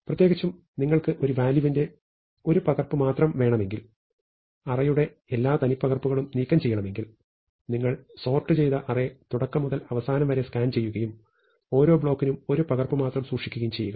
പ്രത്യേകിച്ചും നിങ്ങൾക്ക് എല്ലാ വാല്യൂവിന്റെയും ഒരു പകർപ്പ് മാത്രം വേണമെങ്കിൽ അറേയുടെ എല്ലാ തനിപ്പകർപ്പുകളും നീക്കം ചെയ്യണമെങ്കിൽ നിങ്ങൾ സോർട് ചെയ്ത അറേ തുടക്കം മുതൽ അവസാനം വരെ സ്കാൻ ചെയ്യുകയും ഓരോ ബ്ലോക്കിനും ഒരു പകർപ്പ് മാത്രം സൂക്ഷിക്കുകയും ചെയ്യുക